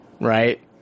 right